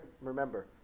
remember